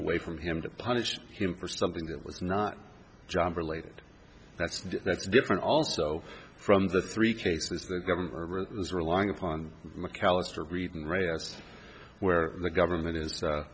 away from him to punish him for something that was not job related that's that's different also from the three cases the government was relying upon mcallister read and write that's where the government